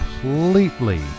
completely